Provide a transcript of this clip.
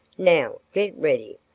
now, get ready,